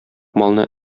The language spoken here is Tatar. малны